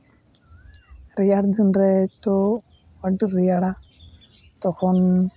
ᱨᱮᱭᱟᱲ ᱫᱤᱱ ᱨᱮ ᱛᱚ ᱟᱹᱰᱤ ᱨᱮᱭᱟᱲᱟ ᱛᱚᱠᱷᱚᱱ